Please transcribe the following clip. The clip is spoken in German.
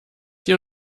hier